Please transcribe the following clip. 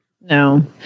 No